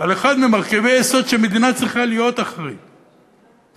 לאחד ממרכיבי היסוד שמדינה צריכה להיות אחראית לו,